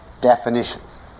definitions